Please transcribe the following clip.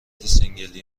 سینگلی